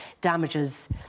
damages